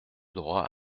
droit